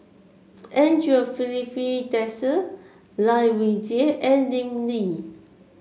Andre Filipe Desker Lai Weijie and Lim Lee